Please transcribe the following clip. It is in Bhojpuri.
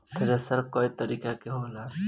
थ्रेशर कई तरीका के होला